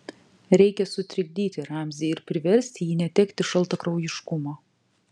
reikia sutrikdyti ramzį ir priversti jį netekti šaltakraujiškumo